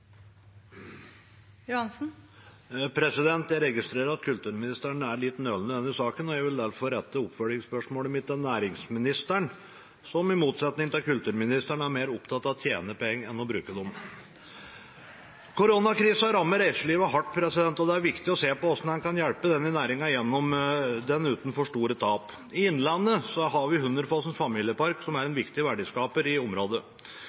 Jeg registrerer at kulturministeren er litt nølende i denne saken, og jeg vil derfor rette oppfølgingsspørsmålet mitt til næringsministeren, som i motsetning til kulturministeren er mer opptatt av å tjene penger enn av å bruke dem. Koronakrisen rammer reiselivet hardt, og det er viktig å se på hvordan en kan hjelpe denne næringen gjennom den uten for store tap. I Innlandet har vi Hunderfossen Familiepark, som er en viktig verdiskaper i området.